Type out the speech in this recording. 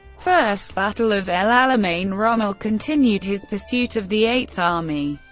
first battle of el alamein rommel continued his pursuit of the eighth army,